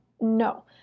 no